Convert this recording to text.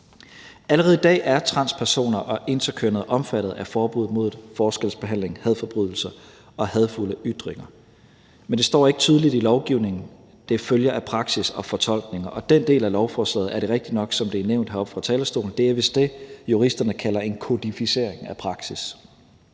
Allerede i dag er transpersoner og interkønnede omfattet af forbuddet mod forskelsbehandling, hadforbrydelser og hadefulde ytringer, men det står ikke tydeligt i lovgivningen – det følger af praksis og fortolkninger, og det er rigtigt nok, som det er blevet nævnt heroppe fra talerstolen, at den del af lovforslaget er det, som juristerne vist kalder en kodificering af praksis.